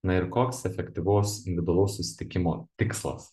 na ir koks efektyvaus individualaus susitikimo tikslas